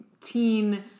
teen